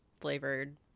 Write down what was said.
flavored